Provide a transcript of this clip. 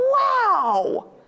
Wow